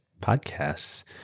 podcasts